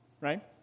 right